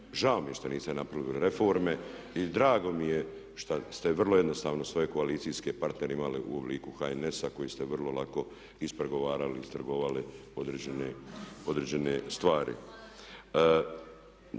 Žao mi je što niste napravili reforme i drago mi je šta ste vrlo jednostavno svoje koalicijske partnere imali u obliku HNS-a koji ste vrlo lako ispregovarali, istrgovali određene stvari.